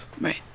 Right